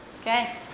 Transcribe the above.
Okay